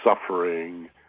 suffering